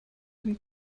dem